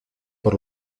por